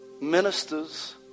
Ministers